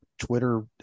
Twitter